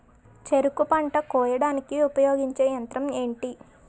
చెరుకు పంట కోయడానికి ఉపయోగించే యంత్రం ఎంటి?